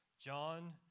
John